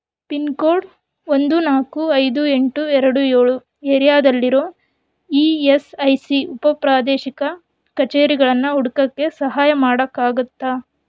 pin code ಒಂದು ನಾಲ್ಕು ಐದು ಎಂಟು ಎರಡು ಏಳು ಏರಿಯಾದಲ್ಲಿರೋ ಇ ಎಸ್ ಐ ಸಿ ಉಪ ಪ್ರಾದೇಶಿಕ ಕಚೇರಿಗಳನ್ನು ಹುಡ್ಕೋಕ್ಕೆ ಸಹಾಯ ಮಾಡೋಕ್ಕಾಗತ್ತಾ